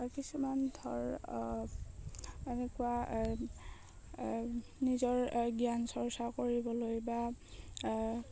কিছুমান ধৰ এনেকুৱা নিজৰ জ্ঞান চৰ্চা কৰিবলৈ বা